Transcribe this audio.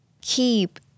Keep